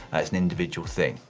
it's an individual thing.